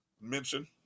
mention